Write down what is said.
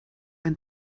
ein